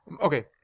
Okay